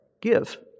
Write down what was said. give